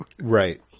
Right